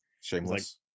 shameless